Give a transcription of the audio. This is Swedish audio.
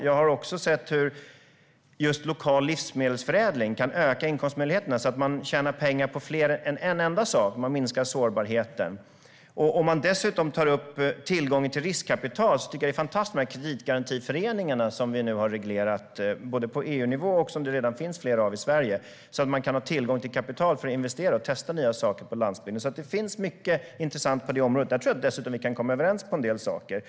Jag har också sett hur just lokal livsmedelsförädling kan öka inkomstmöjligheterna så att man kan tjäna pengar på mer än en enda sak. Man minskar sårbarheten. När det gäller tillgången till riskkapital tycker jag att kreditgarantiföreningarna är fantastiska. Vi har nu reglerat dem. Det finns redan flera, både på EU-nivå och i Sverige. På det sättet kan man få tillgång till kapital för att investera och testa nya saker på landsbygden. Det finns alltså mycket intressant på området. Jag tror dessutom att vi kan komma överens om en del saker där.